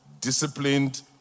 disciplined